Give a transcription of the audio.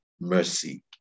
mercy